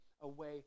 away